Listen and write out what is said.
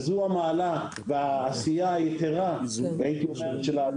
זו המעלה והעשייה היתרה שלנו.